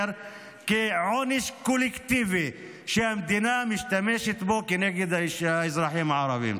כעונש קולקטיבי שהמדינה משתמשת בו כנגד האזרחים הערבים.